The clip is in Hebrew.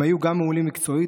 הם היו גם מעולים מקצועית,